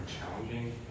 challenging